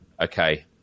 okay